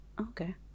okay